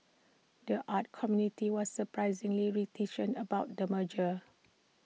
the arts community was surprisingly reticent about the merger